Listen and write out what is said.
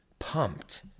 pumped